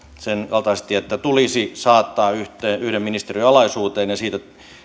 sen kaltaisesti että tulisi saattaa yhden ministeriön alaisuuteen ja siitä